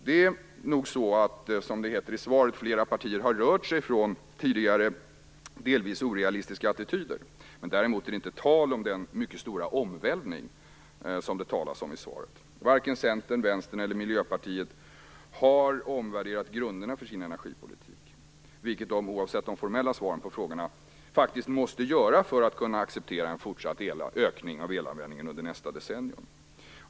Det är nog så som det heter i svaret att flera partier har rört sig från tidigare delvis orealistiska attityder. Däremot är det inte tal om den mycket stora omvälvning som det talas om i svaret. Varken Centern, Vänstern eller Miljöpartiet har omvärderat grunderna för sin energipolitik. Oavsett de formella svaren på frågorna måste de faktiskt göra det för att kunna acceptera en fortsatt ökning av elanvändningen under nästa decennium.